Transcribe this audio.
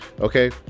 Okay